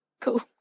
Cool